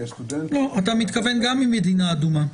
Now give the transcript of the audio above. מתכוון ממדינה אדומה.